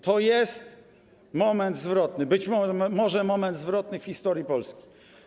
To jest moment zwrotny, może moment zwrotny w historii Polski.